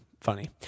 funny